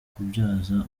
kubyaza